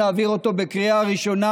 להעביר אותו בקריאה ראשונה,